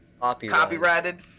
copyrighted